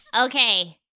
Okay